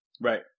Right